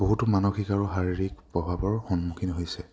বহুতো মানসিক আৰু শাৰীৰিক প্ৰভাৱৰ সন্মুখীন হৈছে